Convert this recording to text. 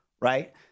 right